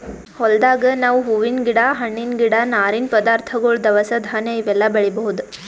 ಹೊಲ್ದಾಗ್ ನಾವ್ ಹೂವಿನ್ ಗಿಡ ಹಣ್ಣಿನ್ ಗಿಡ ನಾರಿನ್ ಪದಾರ್ಥಗೊಳ್ ದವಸ ಧಾನ್ಯ ಇವೆಲ್ಲಾ ಬೆಳಿಬಹುದ್